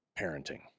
parenting